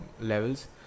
levels